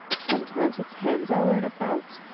sometimes it's hens i learn about.